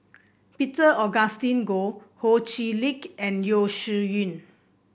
Peter Augustine Goh Ho Chee Lick and Yeo Shih Yun